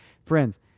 Friends